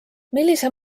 millise